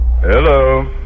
Hello